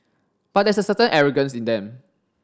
but there's a certain arrogance in them